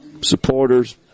supporters